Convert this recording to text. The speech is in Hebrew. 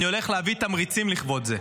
אני הולך להביא תמריצים לכבוד זה?